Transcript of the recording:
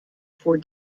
for